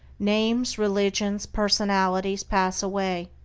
names, religions, personalities pass away,